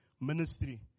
ministry